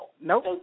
Nope